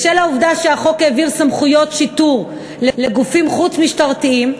בשל העובדה שהחוק העביר סמכויות שיטור לגופים חוץ-משטרתיים,